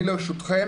אני לרשותכם,